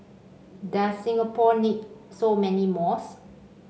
does Singapore need so many malls